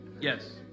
Yes